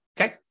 Okay